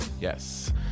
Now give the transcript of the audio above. Yes